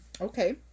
Okay